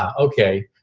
ah ok,